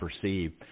perceive